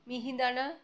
মিহিদানা